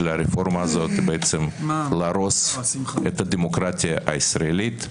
הרפורמה הזאת היא בעצם להרוס את הדמוקרטיה הישראלית.